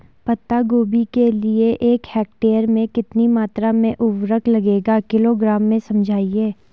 पत्ता गोभी के लिए एक हेक्टेयर में कितनी मात्रा में उर्वरक लगेगा किलोग्राम में समझाइए?